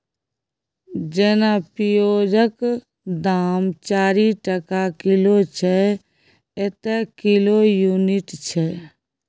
जेना पिओजक दाम चारि टका किलो छै एतय किलो युनिट छै